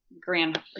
Grand